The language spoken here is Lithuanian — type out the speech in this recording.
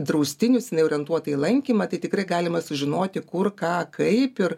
draustinius jinai orientuota į lankymą tai tikrai galima sužinoti kur ką kaip ir